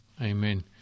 Amen